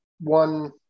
one